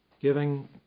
giving